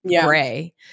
gray